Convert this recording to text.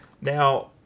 Now